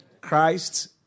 Christ